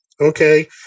Okay